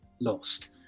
lost